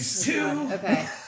Okay